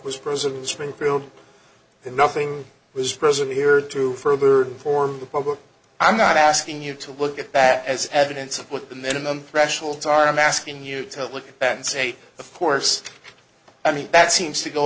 was president springfield then nothing was present here to further form the public i'm not asking you to look at bad as evidence of what the minimum threshold are i'm asking you to look at that and say of course i mean that seems